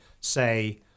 say